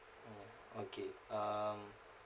mm okay um